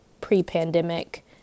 pre-pandemic